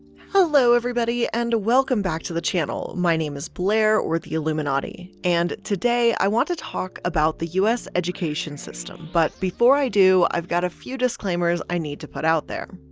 hello everybody, and welcome back to the channel. my name is blair or the iilluminaughtii and today i want to talk about the us education system. but before i do, i've got a few disclaimers i need to put out there.